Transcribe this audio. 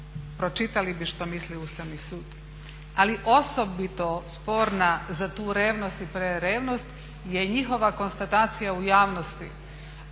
pročitali bi što misli Ustavni sud. Ali osobito sporna za tu revnost i prerevnost je njihova konstatacija u javnosti